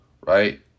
Right